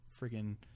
friggin